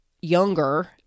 younger